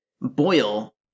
boil